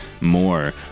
more